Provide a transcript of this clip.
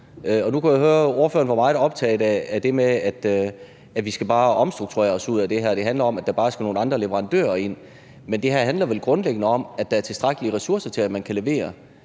af det med, at vi bare skal omstrukturere os ud af det her, og at det handler om, at der bare skal nogle andre leverandører ind. Men det her handler vel grundlæggende om, at der er tilstrækkelige ressourcer til, at man kan levere